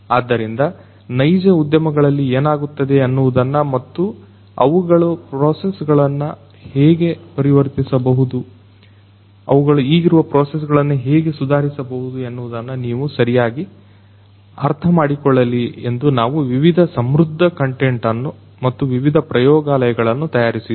ಆದ್ದರಿಂದ ನೈಜ ಉದ್ಯಮಗಳಲ್ಲಿ ಏನಾಗುತ್ತದೆ ಅನ್ನೋದನ್ನ ಮತ್ತು ಮತ್ತು ಅವುಗಳ ಪ್ರೋಸಸ್ ಗಳನ್ನು ನಾವು ಹೇಗೆ ಪರಿವರ್ತಿಸಬಹುದು ಅವುಗಳ ಈಗಿರುವ ಪ್ರೋಸೆಸ್ ಗಳನ್ನು ಹೇಗೆ ಸುಧಾರಿಸಬಹುದು ಎನ್ನುವುದನ್ನು ನೀವು ಸರಿಯಾಗಿ ಅರ್ಥಮಾಡಿಕೊಳ್ಳಲಿ ಎಂದು ನಾವು ವಿವಿಧ ಸಮೃದ್ಧ ಕಂಟೆಂಟ್ ಅನ್ನು ಮತ್ತು ವಿವಿಧ ಪ್ರಯೋಗಾಲಯಗಳನ್ನು ತಯಾರಿಸಿದ್ದೇವೆ